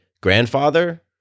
grandfather